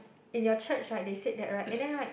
in your church right they said that right and then right